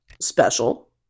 special